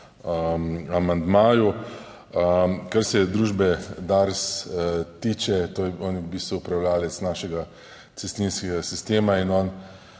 amandmaju. Kar se družbe Dars tiče, to je, on v bistvu upravljavec našega cestninskega sistema in on